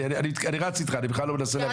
אני רץ איתך, אני בכלל לא מנסה ללכת.